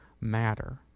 matter